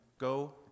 go